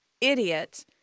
idiot